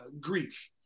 grief